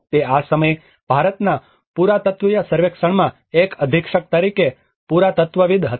તે સમયે તે ભારતના પુરાતત્ત્વીય સર્વેક્ષણમાં એક અધિક્ષક પુરાતત્ત્વવિદ્ હતા